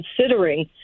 considering